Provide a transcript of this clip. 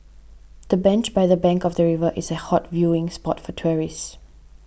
the bench by the bank of the river is a hot viewing spot for tourists